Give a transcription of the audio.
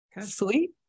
sweet